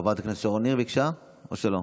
חברת הכנסת שרון ניר ביקשה, או שלא?